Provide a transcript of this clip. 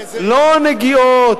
לא הנגיעות,